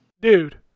Dude